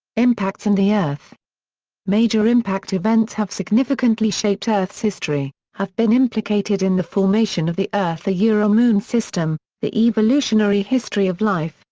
impacts and the earth major impact events have significantly shaped earth's history, have been implicated in the formation of the yeah earth-moon system, the evolutionary history of life,